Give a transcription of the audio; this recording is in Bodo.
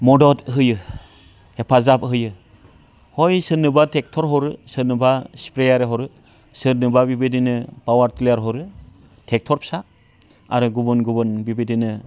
मदद होयो हेफाजाब होयो हय सोरनोबा ट्रेक्टर हरो सोरनोबा स्प्रेयार हरो सोरनोबा बिबायदिनो पावारटिलार हरो ट्रेक्टर फिसा आरो गुबुन गुबुन बिबायदिनो